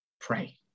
pray